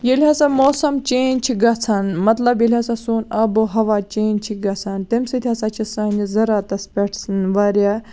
ییٚلہِ ہسا موسَم چینج چھُ گژھان مطلب ییٚلہِ ہسا سون آبو ہوا چینج چھُ گژھان تَمہِ سۭتۍ ہسا چھِ سانہِ زارعتَس پٮ۪ٹھ واریاہ